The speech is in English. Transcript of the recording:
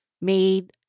made